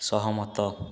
ସହମତ